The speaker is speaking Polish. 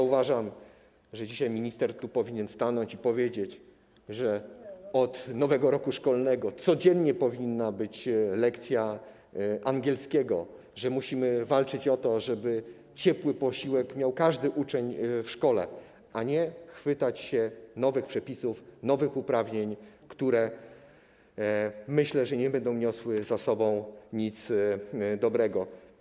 Uważam, że dzisiaj minister powinien tu stanąć i powiedzieć, że od nowego roku szkolnego codziennie powinna być lekcja angielskiego, że musimy walczyć o to, żeby ciepły posiłek miał każdy uczeń w szkole, a nie chwytać się nowych przepisów, nowych uprawnień, które, myślę, nie będą niosły ze sobą nic dobrego.